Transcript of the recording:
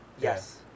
Yes